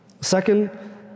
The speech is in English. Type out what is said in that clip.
Second